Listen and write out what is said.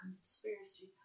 conspiracy